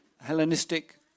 Hellenistic